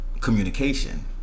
communication